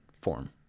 form